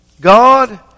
God